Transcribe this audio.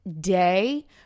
day